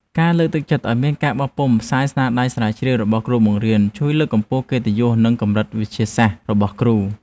ការលើកទឹកចិត្តឱ្យមានការបោះពុម្ពផ្សាយស្នាដៃស្រាវជ្រាវរបស់គ្រូបង្រៀនជួយលើកកម្ពស់កិត្តិយសនិងកម្រិតវិទ្យាសាស្ត្ររបស់គ្រូ។